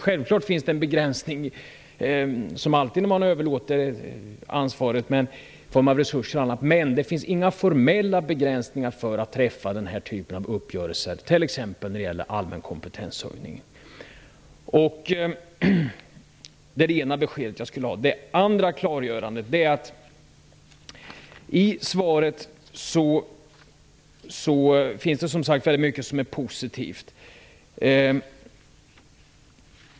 Självfallet finns det en begränsning, som alltid när man överlåter ansvaret för resurser o.d., men det finns inga formella begränsningar för att träffa den här typen av uppgörelser, t.ex. när det gäller allmän kompetenshöjning. I svaret finns det som sagt mycket som är positivt.